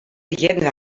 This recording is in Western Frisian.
hearden